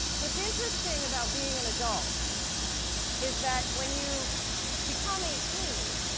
what's interesting about being an adult is that when you become eighteen,